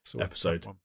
episode